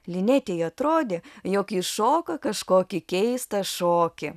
linetei atrodė jog jis šoka kažkokį keistą šokį